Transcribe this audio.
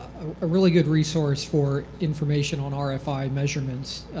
a really good resource for information on ah rfi measurements,